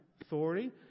authority